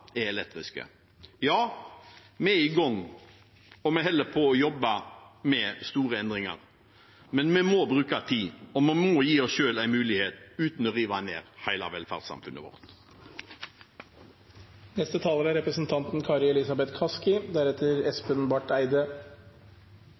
er elektriske. Ja, vi er i gang, og vi holder på å jobbe med store endringer. Men vi må bruke tid, og vi må gi oss selv en mulighet uten å rive ned hele velferdssamfunnet vårt. Representanten Heggelund snakker om paradokser, men er